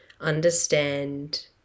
understand